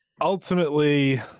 Ultimately